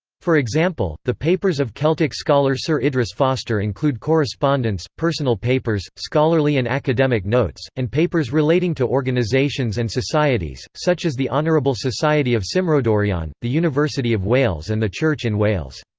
for example, the papers of celtic scholar sir idris foster include correspondence, personal papers, scholarly and academic notes, and papers relating to organisations and societies, such as the honourable society of cymmrodorion, the university of wales and the church in wales.